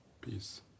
Peace